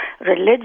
religious